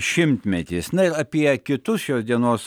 šimtmetis na ir apie kitus šios dienos